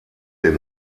den